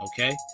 Okay